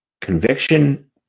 Conviction